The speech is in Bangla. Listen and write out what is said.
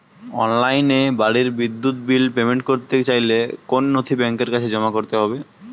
অনলাইনে বাড়ির বিদ্যুৎ বিল পেমেন্ট করতে চাইলে কোন কোন নথি ব্যাংকের কাছে জমা করতে হবে?